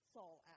Saul